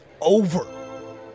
over